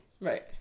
Right